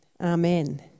amen